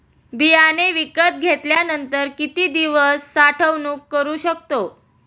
बियाणे विकत घेतल्यानंतर किती दिवस साठवणूक करू शकतो?